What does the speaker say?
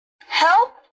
Help